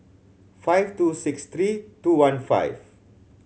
five two six three two one five